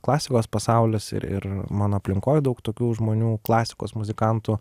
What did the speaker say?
klasikos pasaulis ir ir mano aplinkoj daug tokių žmonių klasikos muzikantų